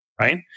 right